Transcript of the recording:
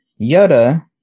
yoda